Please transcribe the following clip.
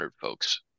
folks